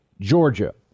Georgia